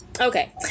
Okay